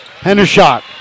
Hendershot